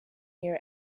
near